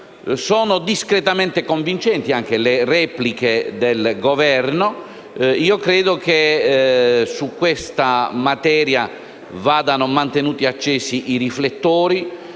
sono discretamente convincenti anche le repliche del Governo. Credo che su questa materia vadano mantenuti accesi i riflettori.